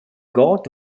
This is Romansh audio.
god